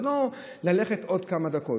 זה לא ללכת עוד כמה דקות.